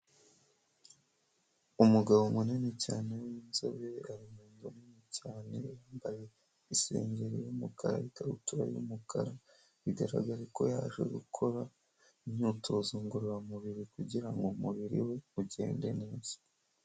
Umugabo munini cyane w'inzobe, ari mu nzu nini cyane yambaye isengeri y'umukara ikabutura y'umukara, bigaragara ko yaje gukora imyitozo ngororamubiri kugira ngo umubiri we ugende neza.